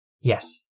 Yes